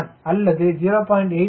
7 அல்லது 0